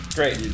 Great